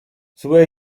zły